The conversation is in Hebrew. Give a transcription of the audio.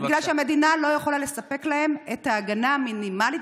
המדינה לא יכולה לספק להם את ההגנה המינימלית